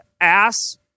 ass